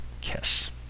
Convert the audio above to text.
kiss